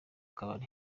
tubari